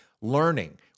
learning